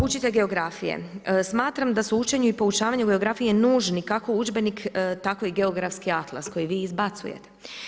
Učitelj geografije, smatram da se učenju i poučavanju geografije nužni kako udžbenik, tako i geografski atlas koji vi izbacujete.